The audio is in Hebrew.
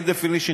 by definition,